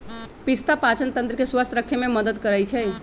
पिस्ता पाचनतंत्र के स्वस्थ रखे में मदद करई छई